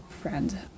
friend